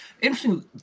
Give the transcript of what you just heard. Interesting